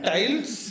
Tiles